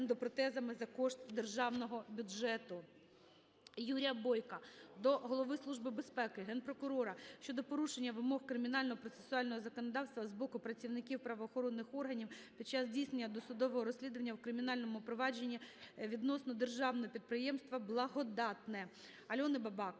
Юрія Бойка до Голови Служби безпеки, Генпрокурора щодо порушення вимог кримінального процесуального законодавства з боку працівників правоохоронних органів під час здійснення досудового розслідування у кримінальному провадженні відносно державного підприємства "Благодатне". Альони Бабак